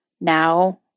now